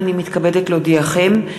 הנני מתכבדת להודיעכם,